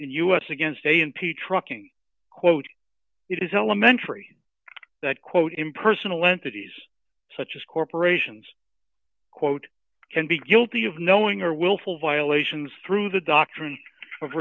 us against a n p trucking quote it is elementary that quote impersonal entities such as corporations quote can be guilty of knowing or willful violations through the doctrine of